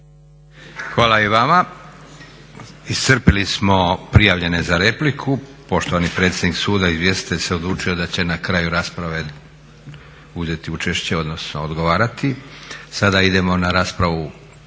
Hvala i vama. Iscrpili smo prijavljene za repliku. Poštovani predsjednik suda, izvjestitelj se odlučio da će na kraju rasprave uzeti učešće, odnosno odgovarati. Sada idemo na raspravu